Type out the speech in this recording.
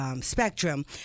spectrum